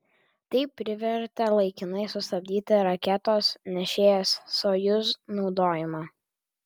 tai privertė laikinai sustabdyti raketos nešėjos sojuz naudojimą